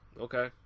okay